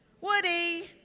Woody